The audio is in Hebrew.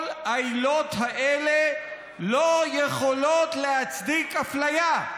כל העילות האלה לא יכולות להצדיק אפליה.